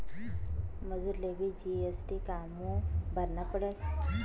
मजुरलेबी जी.एस.टी कामु भरना पडस?